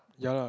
ya